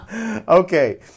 okay